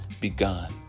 begun